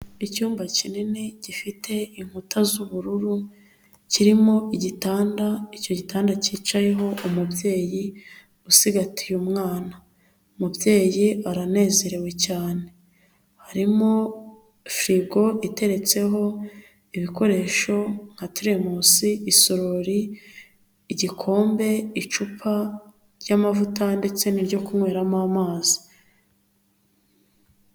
Icyumba kinini gifite inkuta z'ubururu, kirimo igitanda, icyo gitanda cyicayeho umubyeyi, usigagatiye umwana. Umubyeyi aranezerewe cyane, harimo firigo, iteretseho ibikoresho nka teremusi, isorori, igikombe, icupa ry'amavuta ndetse n'iryo kunyweramo amazi.